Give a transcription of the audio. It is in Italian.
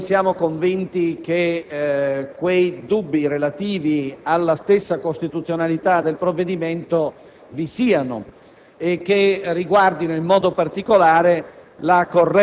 l'*iter* del provvedimento. Invero, noi siamo convinti che quei dubbi relativi alla stessa costituzionalità del disegno di legge